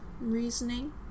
reasoning